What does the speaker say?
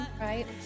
Right